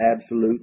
absolute